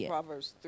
Proverbs